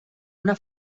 una